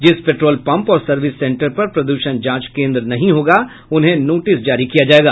जिस petrol pump और service centre पर प्रद्षण जांच केन्द्र नहीं होगा उन्हें नोटिस जारी किया जायेगा